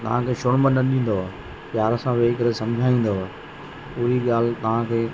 त तव्हां खे शुड़ब न ॾींदव प्यार सां वेही करे सम्झाईंदव पूरी ॻाल्हि तव्हां खे